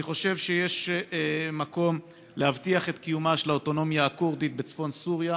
אני חושב שיש מקום להבטיח את קיומה של האוטונומיה הכורדית בצפון סוריה.